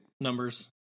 numbers